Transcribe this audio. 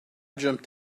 jumped